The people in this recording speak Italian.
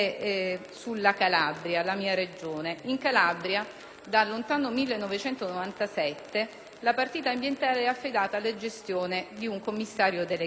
farlo anche sulla mia Regione. In Calabria dal lontano 1997 la partita ambientale è affidata alla gestione di un commissario delegato.